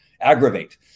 Aggravate